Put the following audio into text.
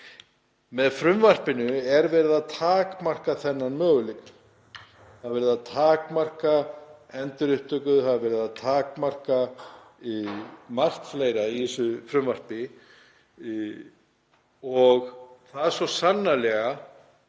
Með frumvarpinu er verið að takmarka þann möguleika, það er verið að takmarka endurupptöku, það er verið að takmarka margt fleira í þessu frumvarpi og það brýtur svo sannarlega